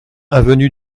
avenue